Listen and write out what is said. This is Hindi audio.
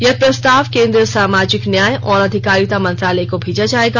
यह प्रस्ताव केन्द्रीय सामाजिक न्याय और अधिकारिता मंत्रालय को भेजा जायेगा